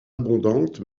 abondante